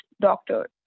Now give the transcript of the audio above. doctor